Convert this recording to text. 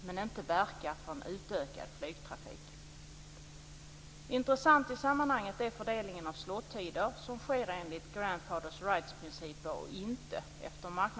Man har därför ansökt om att få förlänga landningsbanan.